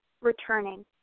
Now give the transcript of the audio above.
returning